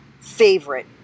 favorite